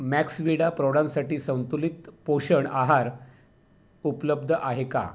मॅक्सवेडा प्रौढांसाठी संतुलित पोषण आहार उपलब्ध आहे का